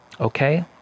Okay